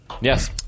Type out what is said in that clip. Yes